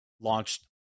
launched